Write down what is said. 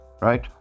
right